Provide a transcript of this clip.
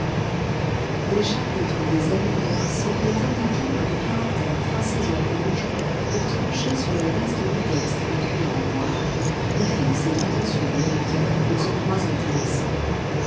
des chapitres ou des alinéas semblaient indiqués par des caractères tracés en rouge pour trancher sur le reste du texte écrit en noir et fixer l'attention du lecteur aux endroits intéressants